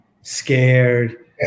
scared